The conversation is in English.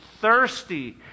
thirsty